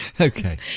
okay